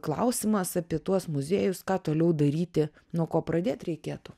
klausimas apie tuos muziejus ką toliau daryti nuo ko pradėt reikėtų